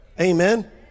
Amen